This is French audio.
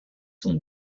sont